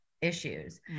issues